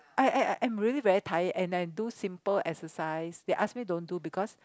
I I I'm really very tired and I do simple exercise they ask me don't do because